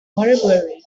waterbury